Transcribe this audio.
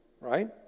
right